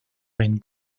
rain